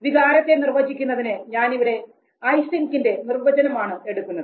വികാരത്തെ നിർവചക്കുന്നതിന് ഞാനിവിടെ ഐസെൻക്കിന്റെ നിർവചനമാണ് എടുക്കുന്നത്